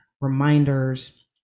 reminders